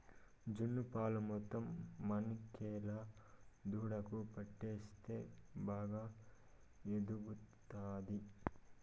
జున్ను పాలు మొత్తం మనకేలా దూడకు పట్టిస్తే బాగా ఎదుగుతాది